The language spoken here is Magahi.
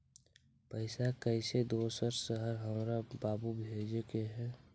पैसा कैसै दोसर शहर हमरा बाबू भेजे के है?